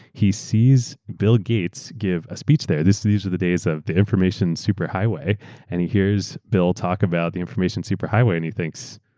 he sees bill gates give a speech there. these are the days of the information superhighway and he hears bill talk about the information superhighway and he thinks,